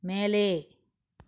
மேலே